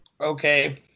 okay